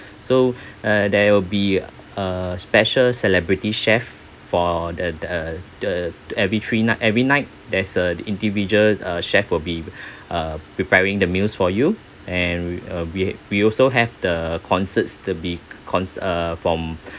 so uh there will be a special celebrity chef for the the the every three night every night there's a individual uh chef will be uh preparing the meals for you and we we also have the concerts to be cons~ uh from